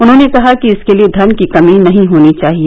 उन्होंने कहा कि इसके लिए धन की कमी नहीं होनी चाहिए